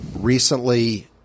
recently